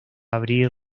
abrir